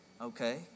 Okay